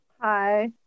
Hi